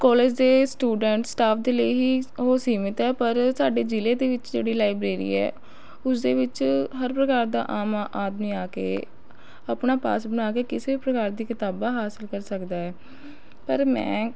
college ਦੇ students staff ਦੇ ਲਈ ਹੀ ਉਹ ਸੀਮਿਤ ਹੈ ਪਰ ਸਾਡੇ ਜ਼ਿਲ੍ਹੇ ਦੇ ਵਿੱਚ ਜਿਹੜੀ ਲਾਇਬ੍ਰੇਰੀ ਹੈ ਉਸਦੇ ਵਿੱਚ ਹਰ ਪ੍ਰਕਾਰ ਦਾ ਆਮ ਆ ਆਦਮੀ ਆ ਕੇ ਆਪਣਾ ਪਾਸ ਬਣਾ ਕੇ ਕਿਸੇ ਪ੍ਰਕਾਰ ਦੀ ਕਿਤਾਬਾਂ ਹਾਸਿਲ ਕਰ ਸਕਦਾ ਹੈ ਪਰ ਮੈਂ